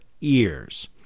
ears